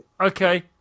Okay